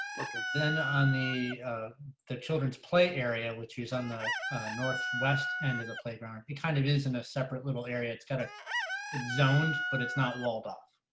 working then on the the children's play area which is on the north west end of the playground, you kind of isn't a separate little area. it's kind of zoned but it's not walled off.